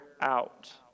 out